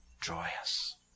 joyous